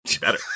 better